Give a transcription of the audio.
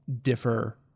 differ